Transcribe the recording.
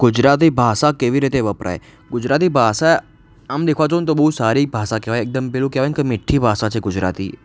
ગુજરાતી ભાષા કેવી રીતે વપરાય ગુજરાતી ભાષા આમ દેખવા જઉં ને તો બહુ જ સારી ભાષા કહેવાય એકદમ પેલું કહેવાય ને કે મીઠી ભાષા છે ગુજરાતી